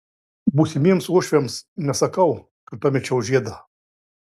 būsimiems uošviams nesakau kad pamečiau žiedą